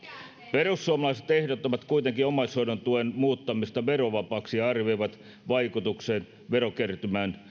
perussuomalaiset ehdottavat kuitenkin omaishoidon tuen muuttamista verovapaaksi ja arvioivat vaikutuksen verokertymään